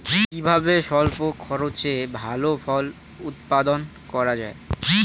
কিভাবে স্বল্প খরচে ভালো ফল উৎপাদন করা যায়?